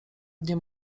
dnie